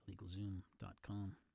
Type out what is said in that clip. LegalZoom.com